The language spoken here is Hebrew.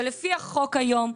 שלפי החוק היום,